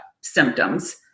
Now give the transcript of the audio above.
symptoms